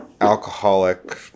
alcoholic